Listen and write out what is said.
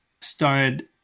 started